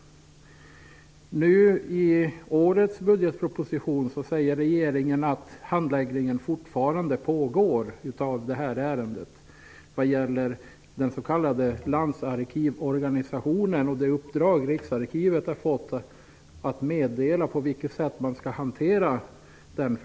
I årets budgetproposition framgår att handläggningen fortfarande pågår i ärendet som gäller den s.k. landsarkivorganisationen och det uppdrag Riksarkivet har fått att meddela vilket sätt frågan skall hanteras på.